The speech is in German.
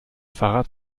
fahrrad